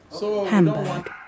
Hamburg